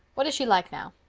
what is she like now?